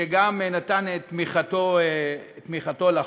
שגם הוא נתן את תמיכתו לחוק.